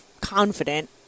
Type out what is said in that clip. confident